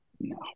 No